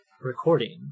recording